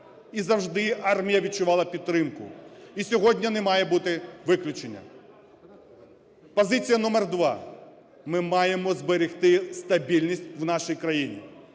і завжди армія відчувала підтримку. І сьогодні немає бути виключення. Позиція номер два. Ми маємо зберегти стабільність в нашій країні.